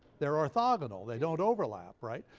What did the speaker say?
they're orthogonal. they don't overlap, right?